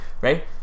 right